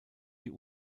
die